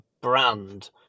brand